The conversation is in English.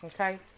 Okay